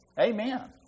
Amen